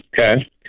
Okay